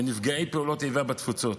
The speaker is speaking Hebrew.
בנפגעי פעולות איבה בתפוצות,